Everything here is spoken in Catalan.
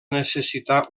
necessitar